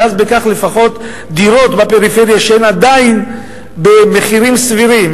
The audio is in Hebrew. ואז בכך לפחות דירות בפריפריה שהן עדיין במחירים סבירים,